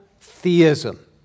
theism